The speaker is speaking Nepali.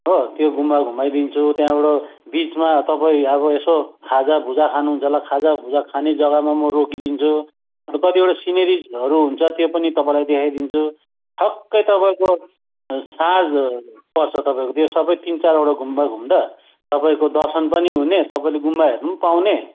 हो त्यो गुम्बा घुमाइदिन्छु त्यहाँबाट बिचमा तपाईँ यसो खाजाभुजा खानुहुन्छ होला खाजाभुजा खाने जग्गामा म रोकिदिन्छु अनि कतिवटा सिनेरिजहरू हुन्छ त्यो पनि तपाईँलाई देखाइदिन्छु ठक्क तपाईँको साँझ पर्छ तपाईँको त्यो सबै तिन चारवटा गुम्बा घुम्दा तपाईँको दर्शन पनि हुने तपाईँले गुम्बा पनि हेर्नु पाउने